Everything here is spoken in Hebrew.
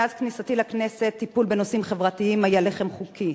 מאז כניסתי לכנסת טיפול בנושאים חברתיים היה לחם חוקי.